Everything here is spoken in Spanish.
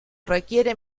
requiere